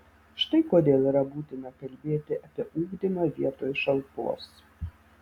štai kodėl yra būtina kalbėti apie ugdymą vietoj šalpos